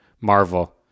Marvel